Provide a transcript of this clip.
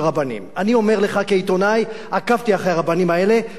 כעיתונאי עקבתי אחרי הרבנים האלה כשהם הסיתו נגד ראש הממשלה.